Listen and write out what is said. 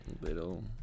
Little